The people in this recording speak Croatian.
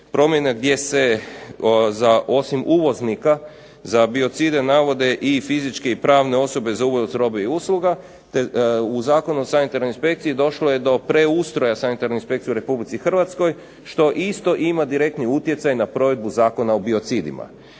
promjene gdje se za osim uvoznika za biocide navode i fizičke i pravne osobe za uvoz robe i usluga te u Zakonu o sanitarnoj inspekciji došlo je do preustroja sanitarne inspekcije u RH što isto ima direktni utjecaj na provedbu Zakona o biocidima.